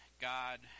God